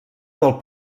del